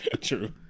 true